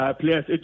players